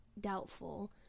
doubtful